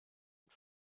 und